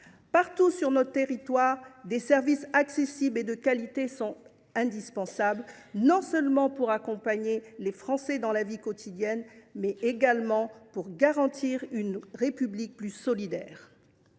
de notre territoire, des services accessibles et de qualité sont indispensables, non seulement pour accompagner les Français dans leur vie quotidienne, mais également pour bâtir une République plus solidaire.